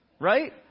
right